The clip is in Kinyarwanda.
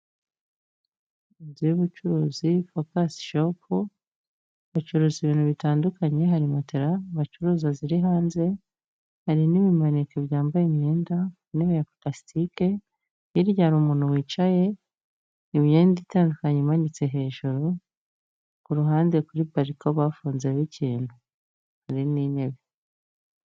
Inzu y'ubucuruzi focus shop bacuruza ibintu bitandukanye hari matera bacuruza ziri hanze hari n'ibimaneke byambaye imyenda, intebe ya parasitike hirya hari umuntu wicaye imyenda itandukanye imanitse hejuru kuruhande kuri pariko bafunzeho ikintu hari n'intebe.